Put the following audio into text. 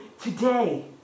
today